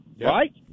Right